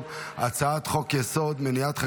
אני קובע כי הצעת חוק נכסי המדינה (תיקון,